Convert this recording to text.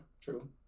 true